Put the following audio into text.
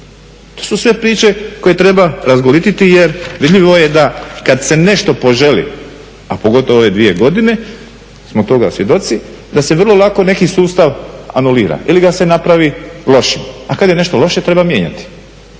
To su sve priče koje treba razgoliti jer vidljivo je da kada se nešto poželi, a pogotovo ove dvije godine smo toga svjedoci da se vrlo lako neki sustav anulira ili ga se napravi lošijim. A kada je nešto loše treba mijenjati.